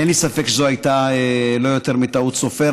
אין לי ספק שזו הייתה לא יותר מטעות סופר.